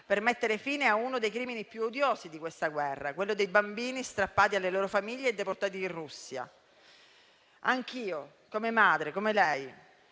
per mettere fine a uno dei crimini più odiosi di questa guerra, quello dei bambini strappati alle loro famiglie e deportati in Russia. Anch'io, come madre, come lei,